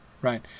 right